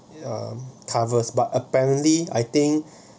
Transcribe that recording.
um covers but apparently I think